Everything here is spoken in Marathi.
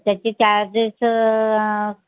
त्याचे चार्जेस